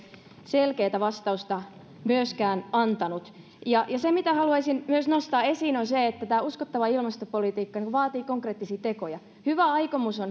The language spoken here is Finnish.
selkeätä vastausta antanut se mitä haluaisin myös nostaa esiin on se että tämä uskottava ilmastopolitiikka vaatii konkreettisia tekoja hyvä aikomus on